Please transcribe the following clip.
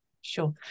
Sure